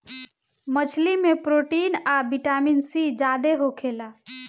मछली में प्रोटीन आ विटामिन सी ज्यादे होखेला